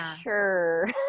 sure